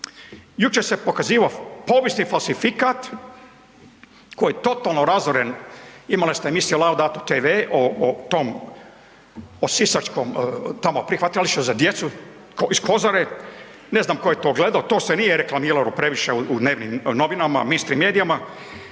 Jučer se pokazivao povijesni falsifikat koji je totalno razoran, imali ste emisije Laudato TV o tom o sisačkom prihvatilištu za djecu iz Kozare, ne znam tko je to gledao to se nije reklamiralo previše u dnevnim novinama, mainstream medijima